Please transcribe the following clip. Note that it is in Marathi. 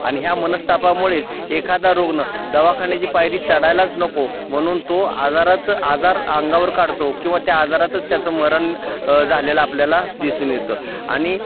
आणि ह्या मनस्तापामुळे एखादा रुग्ण दवाखान्याची पायरी चढायलाच नको म्हणून तो आजाराचं आजार अंगावर काढतो किंवा त्या आजारातच त्याचं मरण झालेलं आपल्याला दिसून येतं आणि